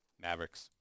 Mavericks